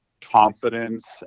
confidence